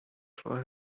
for